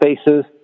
spaces